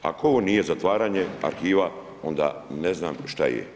Ako ovo nije zatvaranje arhiva onda ne znam šta je.